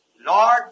Lord